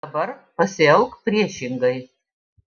dabar pasielk priešingai